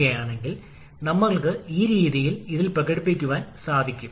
കാരണം താപ ദക്ഷത നെറ്റ് വർക്ക് ഔട്ട്പുട്ടിന് തുല്യമായിരിക്കണം